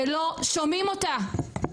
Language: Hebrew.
ולא שומעים אותה.